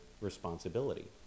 responsibility